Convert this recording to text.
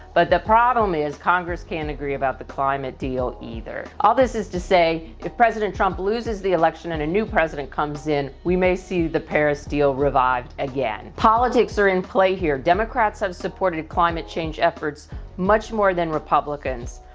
but the problem is congress can't agree about the climate deal either. all this is to say, if president trump loses the election and a new president comes in, we may see the paris deal revived again. politics are in play here, democrats have supported climate change efforts much more than republicans.